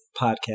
podcast